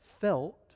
felt